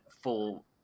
full